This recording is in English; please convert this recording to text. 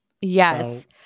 Yes